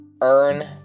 earn